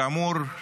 כאמור,